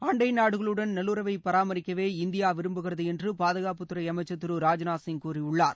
அண்டை நாடுகளுடன் நல்லுவை பராமரிக்கவே இந்தியா விரும்புகிறது என்று பாதுகாப்புத்துறை அமைச்சர் திரு ராஜ்நாத் சிங் கூறியுள்ளார்